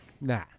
Nah